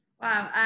Wow